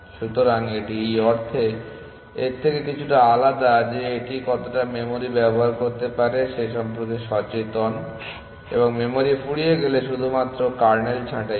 সুতরাং এটি এই অর্থে এর থেকে কিছুটা আলাদা যে এটি কতটা মেমরি ব্যবহার করতে পারে সে সম্পর্কে সচেতন এবং মেমরি ফুরিয়ে গেলে শুধুমাত্র কার্নেল ছাঁটাই করে